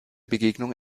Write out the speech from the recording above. begegnung